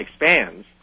expands